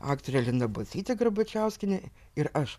aktorė lina bocytė garbačiauskienė ir aš